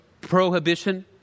prohibition